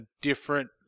different